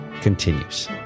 continues